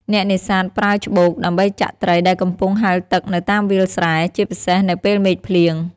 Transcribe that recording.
អ្នកនេសាទប្រើច្បូក ដើម្បីចាក់ត្រីដែលកំពុងហែលទឹកនៅតាមវាស្រែ ជាពិសេសនៅពេលមេឃភ្លៀង។